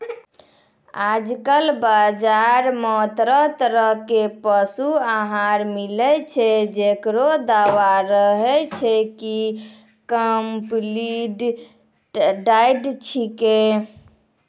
आजकल बाजार मॅ तरह तरह के पशु आहार मिलै छै, जेकरो दावा रहै छै कि कम्पलीट डाइट छेकै